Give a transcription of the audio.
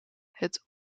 het